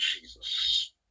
Jesus